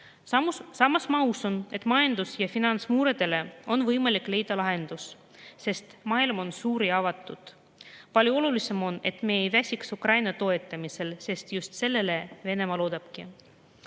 Samas usun, et majandus- ja finantsmuredele on võimalik leida lahendus, sest maailm on suur ja avatud. Palju olulisem on, et me ei väsiks Ukraina toetamisel, sest just sellele Venemaa loodabki.